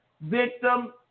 victim